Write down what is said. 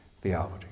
theology